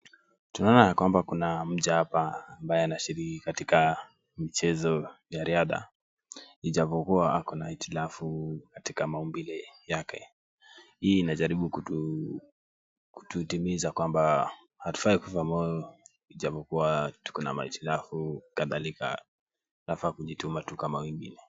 Tunaona ya kwamba kuna mja hapa ambaye anashiriki katika michezo ya riadha, ijapokuwa ako na hitilafu katika maumbile yake. Hii inajaribu kutuhitimiza kwamba hatufai kufa moyo ijapokuwa tuko na mahitilafu kadhalika. Tunafaa kujituma tu kama wengine.